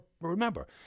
Remember